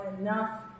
enough